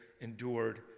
endured